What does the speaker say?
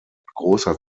großer